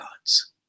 gods